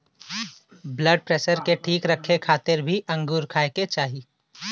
blood pressure के ठीक रखे खातिर भी अंगूर खाए के चाही